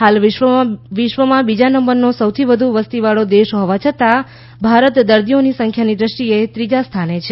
હાલ વિશ્વમાં બીજા નંબરનો સૌથી વધુ વસ્તીવાળો દેશ હોવા છતાં ભારત દર્દીઓની સંખ્યાની દ્રષ્ટીએ ત્રીજા સ્થાને છે